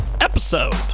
episode